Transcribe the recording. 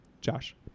Josh